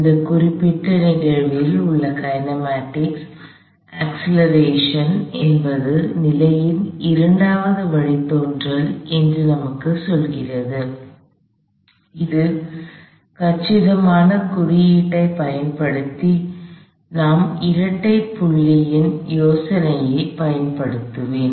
இந்த குறிப்பிட்ட நிகழ்வில் உள்ள கைனெமட்டிக்ஸ் அக்ஸ்லெரேஷன் என்பது நிலையின் இரண்டாவது வழித்தோன்றல் என்று நமக்குச் சொல்கிறது இது கச்சிதமான குறியீட்டைப் பயன்படுத்தி நான் இரட்டை புள்ளியின் யோசனையைப் பயன்படுத்துவேன்